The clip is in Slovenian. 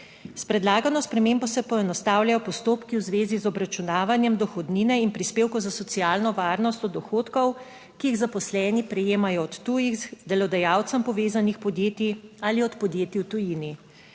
S predlagano spremembo se poenostavljajo postopki v zvezi z obračunavanjem dohodnine in prispevkov za socialno varnost od dohodkov, ki jih zaposleni prejemajo od tujih, delodajalcem povezanih podjetij ali od podjetij v tujini.